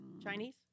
Chinese